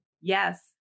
Yes